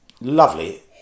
lovely